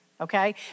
Okay